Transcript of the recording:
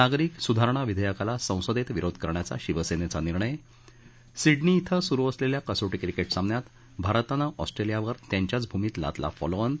नागरीक सुधारणा विधेयकाला संसदेत विरोध करण्याचा शिवसेनेचा निर्णय सीडनी ॐ सुरु असलेल्या कसोटी क्रिकेट सामन्यात भारतानं ऑस्ट्रेलियावर त्यांच्याच भूमीत लादला फॉलोऑन